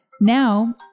Now